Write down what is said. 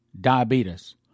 diabetes